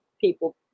people